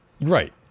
Right